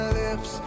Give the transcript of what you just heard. lips